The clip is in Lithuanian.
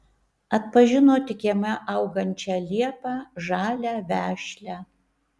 atpažino tik kieme augančią liepą žalią vešlią